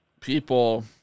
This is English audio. people